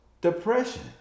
depression